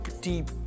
deep